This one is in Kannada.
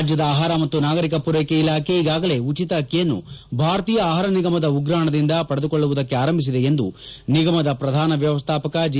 ರಾಜ್ಯದ ಆಹಾರ ಮತ್ತು ನಾಗರಿಕ ಪೂರೈಕೆ ಇಲಾಖೆ ಈಗಾಗಲೇ ಉಚಿತ ಅಕ್ಕಿ ಯನ್ನು ಭಾರತೀಯ ಆಹಾರ ನಿಗಮದ ಉಗ್ರಾಣದಿಂದ ಪಡೆದುಕೊಳ್ಳುವುದಕ್ಕೆ ಆರಂಭಿಸಿದೆ ಎಂದು ನಿಗಮದ ಪ್ರಧಾನ ವ್ಯವಸ್ಥಾಪಕ ಜಿ